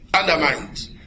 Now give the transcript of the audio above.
undermined